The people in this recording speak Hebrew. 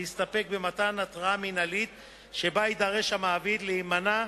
להסתפק במתן התראה מינהלית שבה יידרש המעביד להימנע